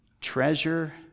treasure